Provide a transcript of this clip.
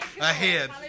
ahead